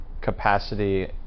capacity